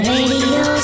Radio